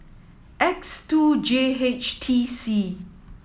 X two J H T C